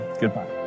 Goodbye